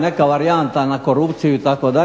neka varijanta na korupciju itd.